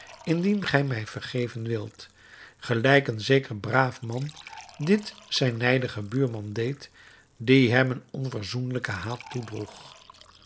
indien gij vergeven wilt gelijk een zeker braaf man dit zijn nijdigen buurman deed die hem een onverzoenlijken haat